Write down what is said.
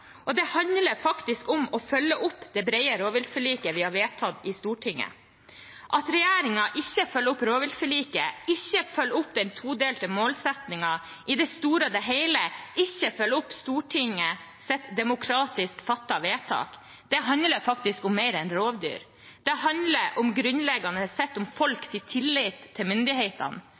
her. Det handler om å følge opp det brede rovviltforliket vi har vedtatt i Stortinget. At regjeringen ikke følger opp rovviltforliket, ikke følger opp den todelte målsettingen, og – i det store og hele – ikke følger opp Stortingets demokratisk fattede vedtak, handler om mer enn rovdyr. Det handler grunnleggende sett om folks tillit til myndighetene.